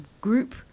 group